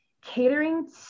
catering